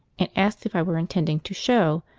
and asked if i were intending to show.